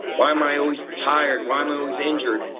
why am i always tired? why am i always injured?